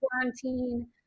quarantine